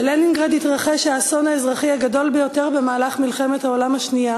בלנינגרד התרחש האסון האזרחי הגדול ביותר במהלך מלחמת העולם השנייה.